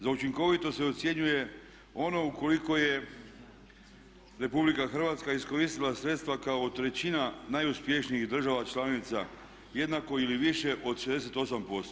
Za učinkovitost se ocjenjuje ono ukoliko je RH iskoristila sredstva kao trećina najuspješnijih država članica jednako ili više od 68%